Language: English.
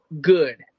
good